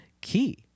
key